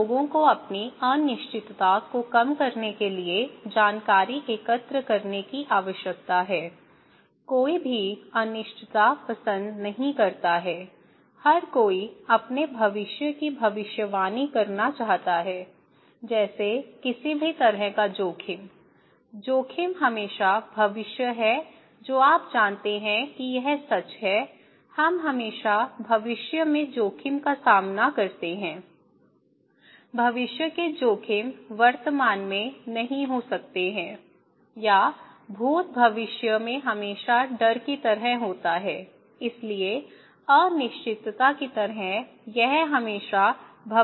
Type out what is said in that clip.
अब लोगों को अपनी अनिश्चितता को कम करने के लिए जानकारी एकत्र करने की आवश्यकता है कोई भी अनिश्चितता पसंद नहीं करता है हर कोई अपने भविष्य की भविष्यवाणी करना चाहता है जैसे किसी भी तरह का जोखिम जोखिम हमेशा भविष्य है जो आप जानते हैं कि यह सच है हम हमेशा भविष्य में जोखिम का सामना करते हैं भविष्य के जोखिम वर्तमान में नहीं हो सकते हैं या भूत भविष्य में हमेशा डर की तरह होते हैं इसलिए अनिश्चितता की तरह यह हमेशा भविष्य में होता है